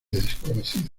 desconocido